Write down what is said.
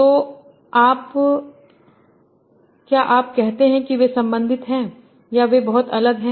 तो क्या आप कहते हैं कि वे संबंधित हैं या वे बहुत अलग हैं